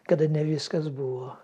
kada ne viskas buvo